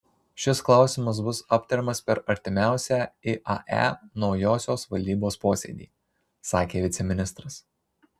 šis klausimas bus aptariamas per artimiausią iae naujosios valdybos posėdį sakė viceministras